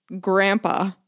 grandpa